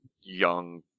young